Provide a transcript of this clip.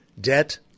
Debt